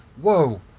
Whoa